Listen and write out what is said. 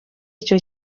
icyo